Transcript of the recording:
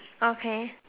okay